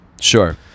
Sure